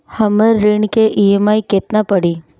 हमर ऋण के ई.एम.आई केतना पड़ी?